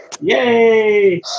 Yay